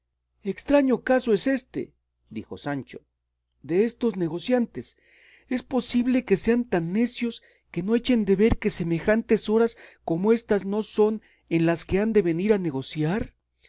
estraño caso es éste dijo sancho destos negociantes es posible que sean tan necios que no echen de ver que semejantes horas como éstas no son en las que han de venir a negociar